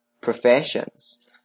professions